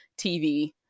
tv